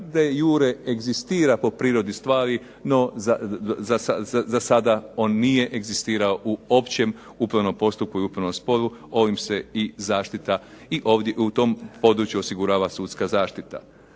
iure egzistira po prirodi stvari, no za sada on nije egzistirao u općem upravnom postupku i upravnom sporu. Ovim se i zaštita i u tom području osigurava sudska zaštita.